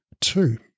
Two